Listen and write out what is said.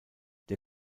der